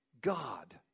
God